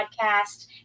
podcast